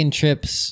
trips